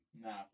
No